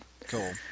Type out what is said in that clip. Cool